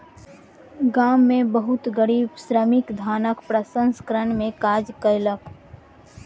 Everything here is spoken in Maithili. गाम में बहुत गरीब श्रमिक धानक प्रसंस्करण में काज कयलक